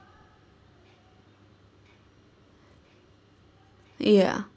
ya